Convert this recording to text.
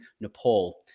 Nepal